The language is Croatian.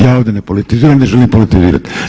Ja ovdje ne politiziram i ne želim politizirati.